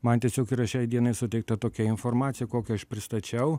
man tiesiog yra šiai dienai suteikta tokia informacija kokią aš pristačiau